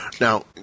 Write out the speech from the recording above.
Now